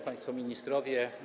Państwo Ministrowie!